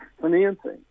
financing